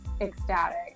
ecstatic